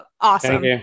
Awesome